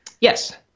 Yes